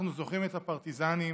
אנחנו זוכרים את הפרטיזנים,